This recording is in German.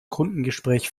kundengespräch